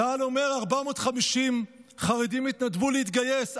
צה"ל אומר ש-450 חרדים התנדבו להתגייס.